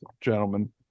gentlemen